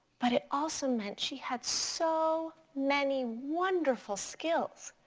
but it also meant she had so many wonderful skills.